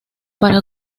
para